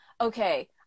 okay